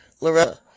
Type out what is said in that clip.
Loretta